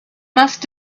must